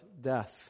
death